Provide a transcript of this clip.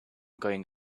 going